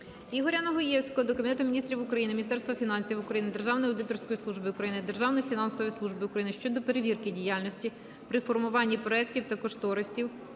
Ігоря Негулевського до Кабінету Міністрів України, Міністерства фінансів України, Державної аудиторської служби України, Державної фіскальної служби України щодо перевірки діяльності при формуванні проектів та кошторисів